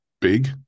big